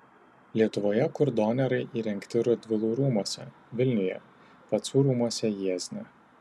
lietuvoje kurdonerai įrengti radvilų rūmuose vilniuje pacų rūmuose jiezne